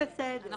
הכול בסדר.